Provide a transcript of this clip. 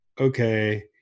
okay